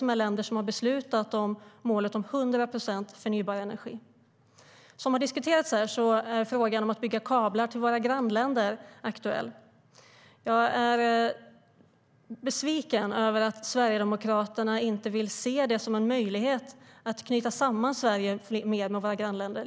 Det är länder som fattat beslut om målet om 100 procent förnybar energi.Frågan om att bygga kablar till våra grannländer är aktuell och har redan diskuterats. Jag är besviken över att Sverigedemokraterna inte vill se det som en möjlighet att knyta samman Sverige mer med våra grannländer.